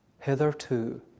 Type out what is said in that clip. hitherto